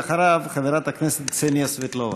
ואחריו, חברת הכנסת קסניה סבטלובה.